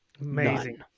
Amazing